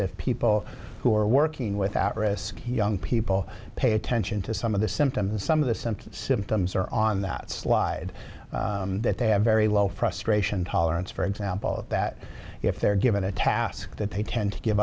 if people who are working without risk young people pay attention to some of the symptoms and some of the symptoms symptoms are on that slide that they have very low frustration tolerance for example that if they're given a task that they tend to give